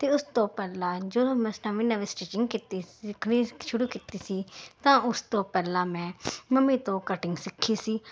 ਅਤੇ ਉਸ ਤੋਂ ਪਹਿਲਾਂ ਜਦੋਂ ਮੈਂ ਨਵੀਂ ਨਵੀਂ ਸਟੀਚਿੰਗ ਕੀਤੀ ਸਿੱਖਣੀ ਸ਼ੁਰੂ ਕੀਤੀ ਸੀ ਤਾਂ ਉਸ ਤੋਂ ਪਹਿਲਾਂ ਮੈਂ ਮੰਮੀ ਤੋਂ ਕਟਿੰਗ ਸਿੱਖੀ ਸੀ